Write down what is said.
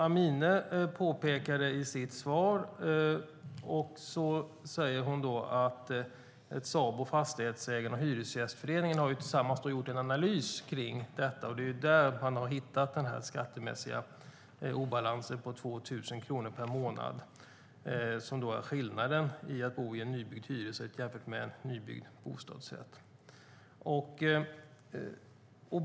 Amineh påpekade i sitt anförande att Sabo, Fastighetsägarna och Hyresgästföreningen tillsammans har gjort en analys kring detta, och det är där man har hittat den skattemässiga obalansen på 2 000 kronor per månad, som är skillnaden mellan att bo i en nybyggd hyresrätt och att bo i en nybyggd bostadsrätt.